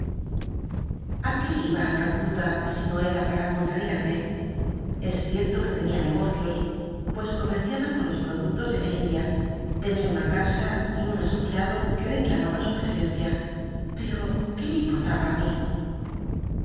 qué iba a para conllnri h'me es cierto que tenia negocios pues comerciaba con los productos de la india tenia una casa y un asociado ijue reclamaban su presencia per'o qné me importaba i mi